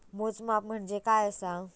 मोजमाप म्हणजे काय असा?